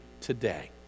today